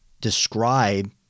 describe